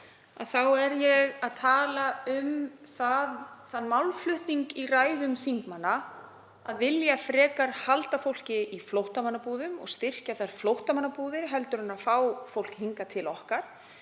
er ég að tala um þann málflutning þingmanna að vilja frekar halda fólki í flóttamannabúðum og styrkja þær flóttamannabúðir en fá fólk hingað til okkar.